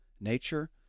nature